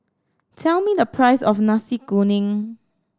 tell me the price of Nasi Kuning